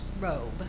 robe